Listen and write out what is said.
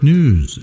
News